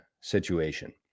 situation